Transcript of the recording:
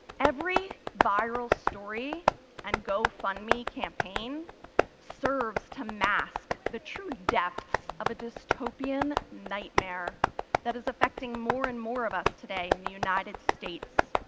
every viral story and go fund me campaign serves to mask the true depths of a distaupian nightmare that is affecting more and more of us today in the united states.